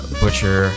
butcher